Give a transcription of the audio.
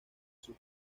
sus